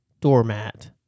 doormat